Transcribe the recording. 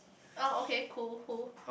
oh okay cool cool